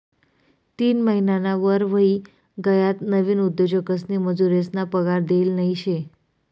तीन महिनाना वर व्हयी गयात नवीन उद्योजकसनी मजुरेसना पगार देल नयी शे